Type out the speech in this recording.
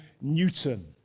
Newton